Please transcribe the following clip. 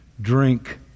drink